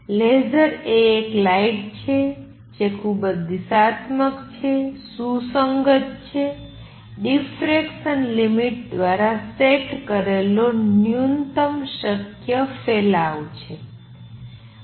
laser એ એક light છે જે ખૂબ જ દિશાત્મક સુસંગત છે ડિફરેકસન લિમિટ દ્વારા સેટ કરેલો ન્યૂનતમ શક્ય ફેલાવ છે